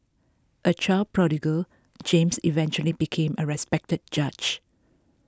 a child prodigy James eventually became a respected judge